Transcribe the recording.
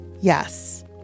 Yes